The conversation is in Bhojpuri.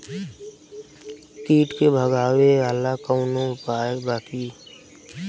कीट के भगावेला कवनो उपाय बा की?